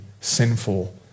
sinful